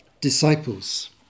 disciples